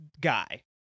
guy